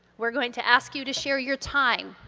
we're going to ask you to share your time,